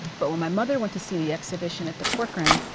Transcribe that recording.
but when my mother went to see the exhibition at the corcoran